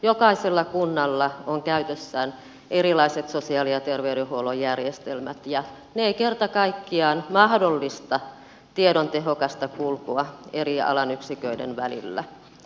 jokaisella kunnalla on käytössään erilaiset sosiaali ja terveydenhuollon järjestelmät ja ne eivät kerta kaikkiaan mahdollista tiedon tehokasta kulkua eri alan yksiköiden välillä